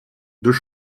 deux